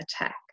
attack